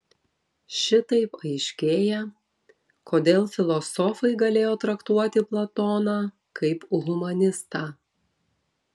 šitaip aiškėja kodėl filosofai galėjo traktuoti platoną kaip humanistą